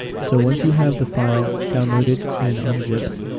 so, once you have the file downloaded and unzipped,